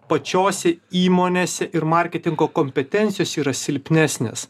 pačiose įmonėse ir marketingo kompetencijos yra silpnesnės